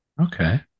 Okay